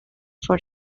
for